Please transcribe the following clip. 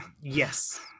Yes